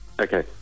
Okay